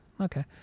Okay